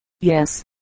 Yes